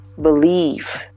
Believe